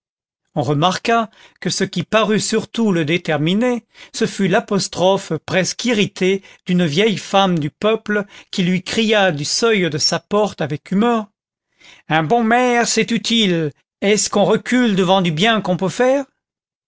on remarqua que ce qui parut surtout le déterminer ce fut l'apostrophe presque irritée d'une vieille femme du peuple qui lui cria du seuil de sa porte avec humeur un bon maire c'est utile est-ce qu'on recule devant du bien qu'on peut faire